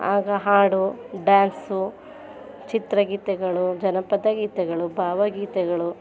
ಆಗ ಹಾಡು ಡ್ಯಾನ್ಸು ಚಿತ್ರಗೀತೆಗಳು ಜನಪದ ಗೀತೆಗಳು ಭಾವಗೀತೆಗಳು